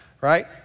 Right